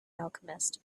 alchemist